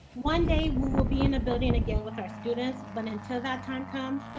one day we will be in a building again with our students, but until that time comes,